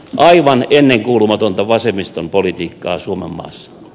aivan ennenkuulumatonta vasemmiston politiikkaa suomenmaassa